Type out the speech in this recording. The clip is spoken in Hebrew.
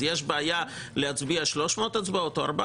אז יש בעיה להצביע 300 הצבעות או 400?